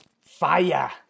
Fire